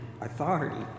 authority